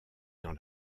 dans